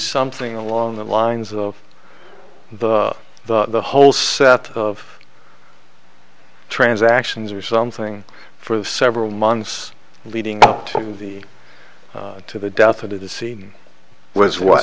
something along the lines of the the whole set of transactions or something for several months leading up to the to the death or to the sea was wh